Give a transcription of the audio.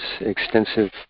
extensive